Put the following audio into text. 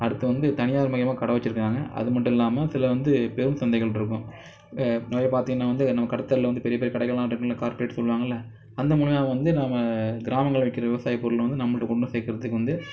அடுத்து வந்து தனியார் மையமாக கடை வச்சிருக்கிறாங்க அதுமட்டுல்லாமல் சில வந்து பெரும் சந்தைகளிருக்கும் நீங்கள் போய் பார்த்திங்னா வந்து நம்ம கடைத்தெருவுல வந்து பெரிய பெரிய கடைலாம் இருக்குல கார்ப்பரேட் சொல்லுவாங்கள்ல அந்த முறையில வந்து நாம கிராமங்கள்ல விற்கிற விவசாயப்பொருள் வந்து நம்மள்ட்ட கொண்டு சேர்க்குறதுக்கு வந்து